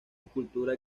escultura